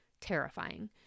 terrifying